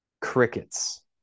crickets